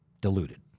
diluted